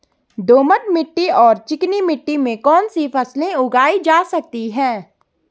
दोमट मिट्टी और चिकनी मिट्टी में कौन कौन सी फसलें उगाई जा सकती हैं?